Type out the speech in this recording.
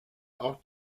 auch